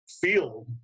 field